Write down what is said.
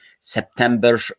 september